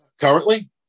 Currently